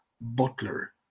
Butler